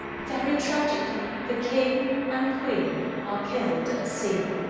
very tragically the king and queen are killed at sea.